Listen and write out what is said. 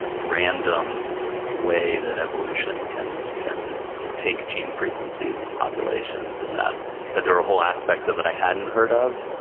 random way that evolution can can take gene frequencies and populations, and that that there are whole aspects of it i hadn't heard of.